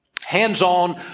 hands-on